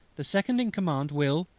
the second in command will,